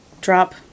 drop